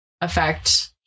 affect